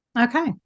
Okay